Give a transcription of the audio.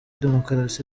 demukarasi